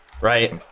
right